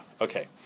okay